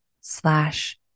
slash